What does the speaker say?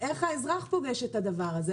איך האזרח פוגש את הדבר הזה?